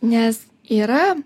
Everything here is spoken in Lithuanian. nes yra